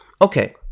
Okay